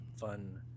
fun